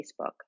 Facebook